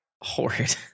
Horrid